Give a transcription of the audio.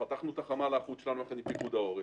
פתחנו את החמ"ל האחוד שלנו יחד עם פיקוד העורף.